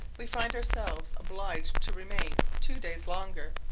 we find ourselves obliged to remain two days longer,